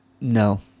No